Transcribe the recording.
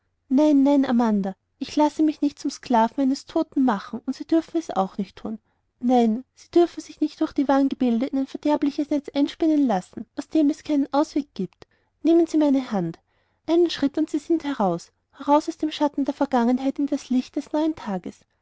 nein nein amanda ich lasse mich nicht zum sklaven eines toten machen und sie dürfen es auch nicht tun nein sie dürfen sich nicht durch ein wahngebilde in ein verderbliches netz einspinnen lassen aus dem es keinen ausweg gibt nehmen sie meine hand einen schritt und sie sind heraus heraus aus dem schatten der vergangenheit in das licht eines neuen tages